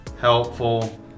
helpful